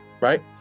right